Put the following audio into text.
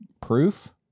proof